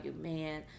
man